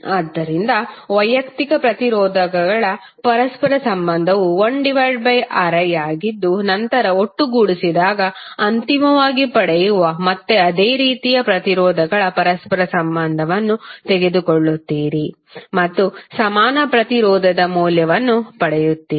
ಆದ್ದರಿಂದ ವೈಯಕ್ತಿಕ ಪ್ರತಿರೋಧಗಳ ಪರಸ್ಪರ ಸಂಬಂಧವು 1Riಆಗಿದ್ದು ನಂತರ ಒಟ್ಟುಗೂಡಿಸಿದಾಗ ಅಂತಿಮವಾಗಿ ಪಡೆಯುವ ಮತ್ತೆ ಅದೇ ರೀತಿಯ ಪ್ರತಿರೋಧಗಳ ಪರಸ್ಪರ ಸಂಬಂಧನ್ನು ತೆಗೆದುಕೊಳ್ಳುತ್ತೀರಿ ಮತ್ತು ಸಮಾನ ಪ್ರತಿರೋಧದ ಮೌಲ್ಯವನ್ನು ಪಡೆಯುತ್ತೀರಿ